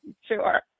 Sure